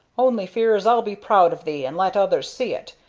only fear is i'll be proud of thee, and lat others see it,